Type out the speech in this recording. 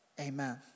Amen